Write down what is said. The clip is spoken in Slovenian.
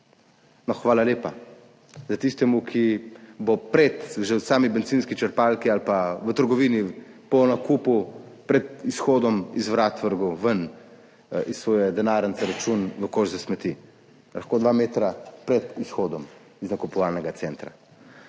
No, hvala lepa tistemu, ki bo že v sami bencinski črpalki ali pa v trgovini po nakupu pred izhodom, pred vrati odvrgel iz svoje denarnice račun v koš za smeti, lahko dva metra pred izhodom iz nakupovalnega centra.